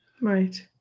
Right